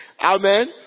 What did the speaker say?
Amen